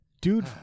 dude